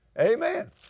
Amen